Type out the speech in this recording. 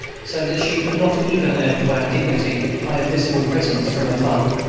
so that she could not even add to our dignity by her visible presence from afar.